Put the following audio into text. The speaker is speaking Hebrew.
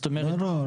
לא.